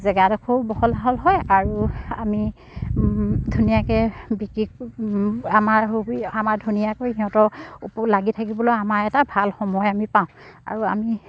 জেগাডোখৰো বহল আহল হয় আৰু আমি ধুনীয়াকৈ বিক্ৰী আমাৰ আমাৰ ধুনীয়াকৈ সিহঁতৰ লাগি থাকিবলৈ আমাৰ এটা ভাল সময় আমি পাওঁ আৰু আমি